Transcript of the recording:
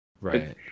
Right